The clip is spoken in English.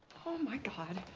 oh my god,